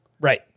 right